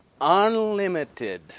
unlimited